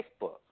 Facebook